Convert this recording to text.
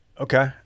Okay